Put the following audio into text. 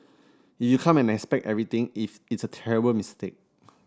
if you come and expect everything if it's a terrible mistake